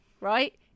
right